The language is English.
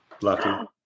Lucky